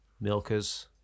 milkers